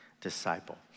disciple